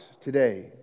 today